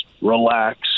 relax